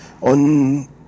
on